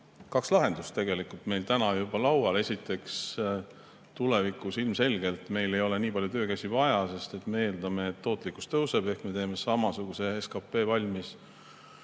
kaks lahendust meil täna juba laual. Esiteks, tulevikus ilmselgelt ei ole nii palju töökäsi vaja, sest me eeldame, et tootlikkus tõuseb ehk me teeme samasuguse SKP valmis